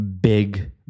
big